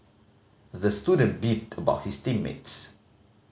the student beefed about his team mates